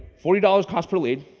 forty dollars cost per lead.